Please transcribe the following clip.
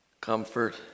comfort